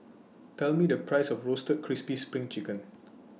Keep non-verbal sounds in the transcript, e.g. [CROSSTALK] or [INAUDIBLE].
[NOISE] Tell Me The Price of Roasted Crispy SPRING Chicken